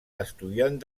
estudiant